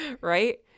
right